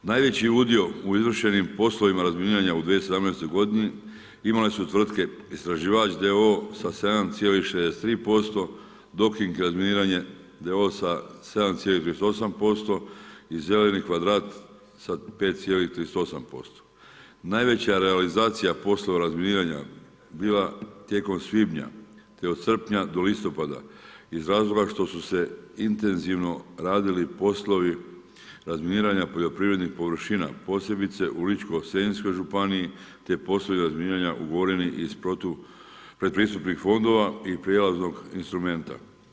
Najveći udio u izvršenim poslovima razminiranja u 2017. godini imale su tvrtke Istraživač d.o.o. sa 7,63% Doking razminiranje d.o.o. sa 7,38% i Zeleni kvadrat sa 5,38%. najveća realizacija poslova razminiranja je bila tijekom svibnja te od srpnja do listopada iz razloga što su se intenzivno radili poslovi razminiranja poljoprivrednih površina, posebice u Ličko-senjskoj županiji te poslovi razminiranja u … iz protu predpristupnih fondova i prijelaznog instrumenta.